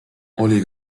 oli